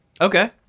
Okay